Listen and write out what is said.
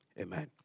Amen